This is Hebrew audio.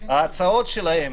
ההצעות שלהם